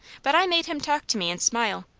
but i made him talk to me and smile.